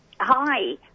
Hi